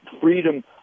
freedom